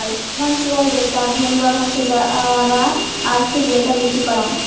financial data vendor হসে তারা যারা আর্থিক ডেটা বিক্রি করাং